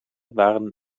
waren